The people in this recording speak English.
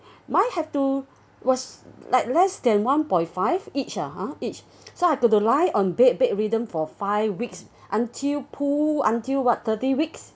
mine have to was like less than one point five each ah ha each so I have to lie on bed bedridden for five weeks until pull until what thirty weeks